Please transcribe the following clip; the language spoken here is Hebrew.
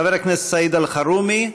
חבר הכנסת סעיד אלחרומי,